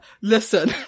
Listen